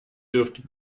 dürfte